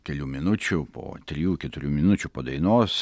kelių minučių po trijų keturių minučių po dainos